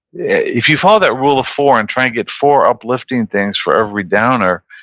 if you follow that rule of four and try and get four uplifting things for every downer,